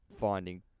finding